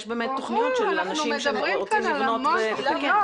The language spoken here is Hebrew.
יש באמת תוכניות של אנשים שרוצים לבנות ולתקן.